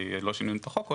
כי עוד לא שינינו את החוק,